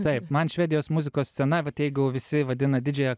taip man švedijos muzikos scena vat jeigu visi vadina didžiąją